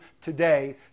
today